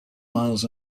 miles